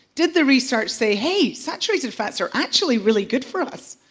did the research say hey, saturated fats are actually really good for us?